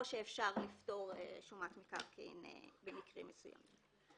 שאפשר לפטור שומת מקרקעין במקרים מסוימים.